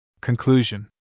Conclusion